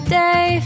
day